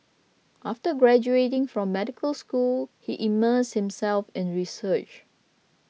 after graduating from medical school he immersed himself in research